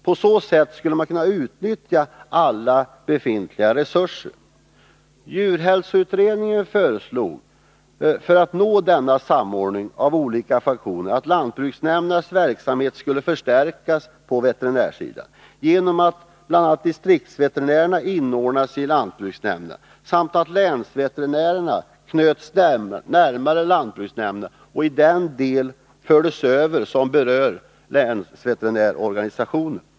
På så sätt skulle man kunna utnyttja alla befintliga resurser. Djurhälsoutredningen föreslog, för att nå denna samordning av olika funktioner, att lantbruksnämndernas verksamhet skulle förstärkas på veterinärsidan genom att distriktsveterinärerna inordnades i lantbruksnämnderna samt att länsveterinärerna knöts närmare till lantbruksnämnderna i den del som berör distriktsveterinärerna.